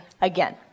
again